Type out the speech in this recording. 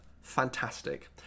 Fantastic